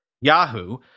Yahoo